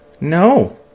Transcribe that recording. No